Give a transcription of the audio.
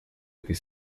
этой